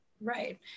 Right